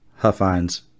Huffines